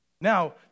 Now